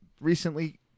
recently